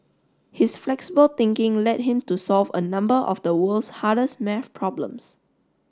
his flexible thinking led him to solve a number of the world's hardest maths problems